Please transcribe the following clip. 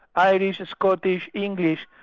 irish, scottish, english,